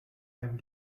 einem